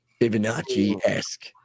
Fibonacci-esque